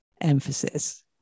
emphasis